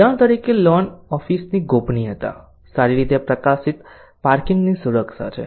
ઉદાહરણ લોન ઓફિસની ગોપનીયતા સારી રીતે પ્રકાશિત પાર્કિંગની સુરક્ષા છે